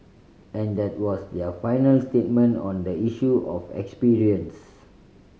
and that was their final statement on the issue of experience